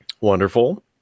Wonderful